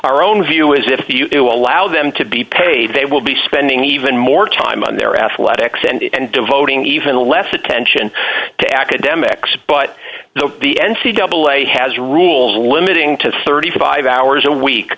our own view is if the you allow them to be paid they will be spending even more time on their athletics and devoting even less attention to academics but the n c double a has rules limiting to thirty five hours a week